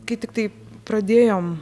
kai tiktai pradėjom